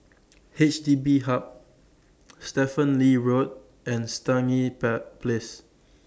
H D B Hub Stephen Lee Road and Stangee Place